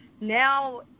now